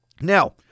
Now